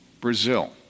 Brazil